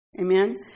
amen